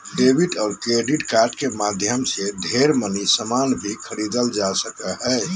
debit और credit card के माध्यम से ढेर मनी सामान भी खरीदल जा सको हय